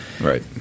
Right